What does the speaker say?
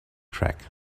track